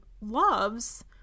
loves